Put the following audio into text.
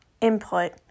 input